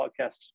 podcast